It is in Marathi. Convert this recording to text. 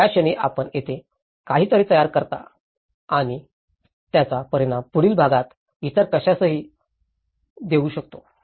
तर ज्या क्षणी आपण येथे काहीतरी तयार करता आणि त्याचा परिणाम पुढील भागात इतर कशासही होऊ शकतो